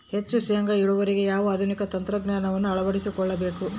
ಹೆಚ್ಚು ಶೇಂಗಾ ಇಳುವರಿಗಾಗಿ ಯಾವ ಆಧುನಿಕ ತಂತ್ರಜ್ಞಾನವನ್ನು ಅಳವಡಿಸಿಕೊಳ್ಳಬೇಕು?